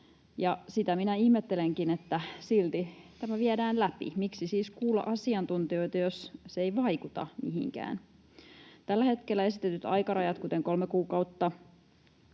Sitä minä ihmettelenkin, että silti tämä viedään läpi. Miksi siis kuulla asiantuntijoita, jos se ei vaikuta mihinkään? Tällä hetkellä esitetyt aikarajat, kuten kolme kuukautta